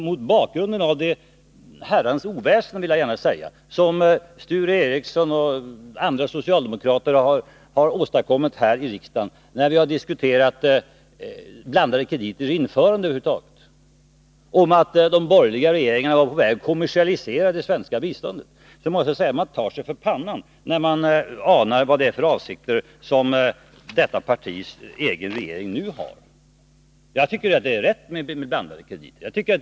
Mot bakgrund av det herrans oväsen — jag vill gärna kalla det så —som Sture Ericson och andra socialdemokrater åstadkommit här i riksdagen när vi har diskuterat ett införande av blandade krediter över huvud taget, och som handlat om att de borgerliga regeringarna var på väg att kommersialisera det svenska biståndet, måste jag säga att man tar sig för pannan när man anar vilka avsikter det är som den socialdemokratiska regeringen nu har. Jag tycker det är rätt att tillämpa blandade krediter.